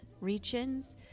regions